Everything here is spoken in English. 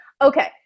Okay